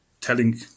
telling